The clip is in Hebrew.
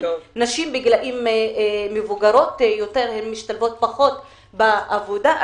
נשים בגילאים מבוגרים יותר משתלבות פחות בעבודה.